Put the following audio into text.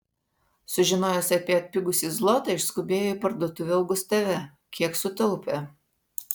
sužinojęs apie atpigusį zlotą išskubėjo į parduotuvę augustave kiek sutaupė